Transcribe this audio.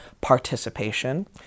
participation